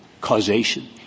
causation